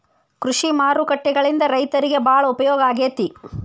ಕೃಷಿ ಮಾರುಕಟ್ಟೆಗಳಿಂದ ರೈತರಿಗೆ ಬಾಳ ಉಪಯೋಗ ಆಗೆತಿ